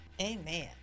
Amen